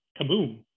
kaboom